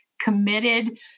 committed